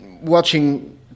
watching